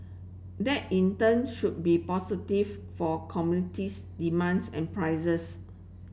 that in turn should be positive for commodities demands and prices